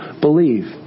believe